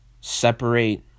separate